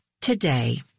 today